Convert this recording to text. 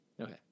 Okay